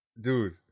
Dude